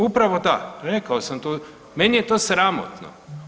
Upravo da, rekao sam tu, meni je to sramotno.